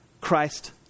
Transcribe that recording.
Christ